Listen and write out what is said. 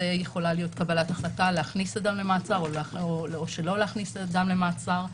זאת יכולה להיות קבלת החלטה להכניס אדם למעצר או שלא להכניס אדם למעצר,